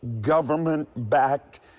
government-backed